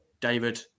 David